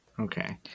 Okay